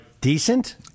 decent